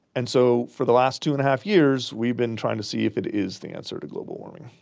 and so for the last two and a half years we've been trying to see if it is the answer to global warming.